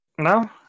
no